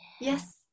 yes